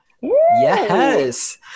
Yes